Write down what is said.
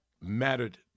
mattered